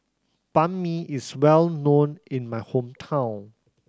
Banh Mi is well known in my hometown